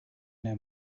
know